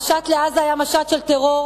המשט לעזה היה משט של טרור.